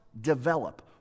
develop